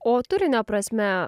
o turinio prasme